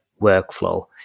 workflow